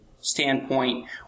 standpoint